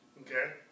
Okay